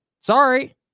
Sorry